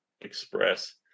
express